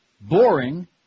boring